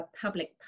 public